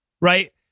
Right